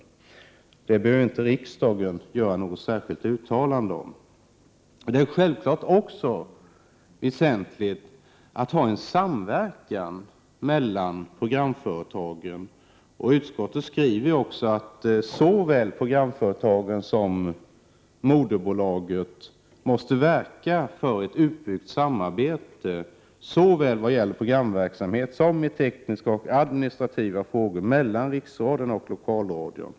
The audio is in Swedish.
Det behöver inte riksdagen göra något särskilt uttalande om. Det är självfallet också väsentligt att ha en samverkan mellan programföretagen. Utskottet skriver också att såväl programföretagen som moderbolaget måste verka för ett utbyggt samarbete såväl när det gäller programverksamhet som i tekniska och administrativa frågor mellan riksradion och lokalradion.